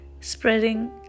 spreading